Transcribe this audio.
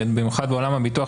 במיוחד בעולם הביטוח,